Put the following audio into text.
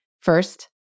First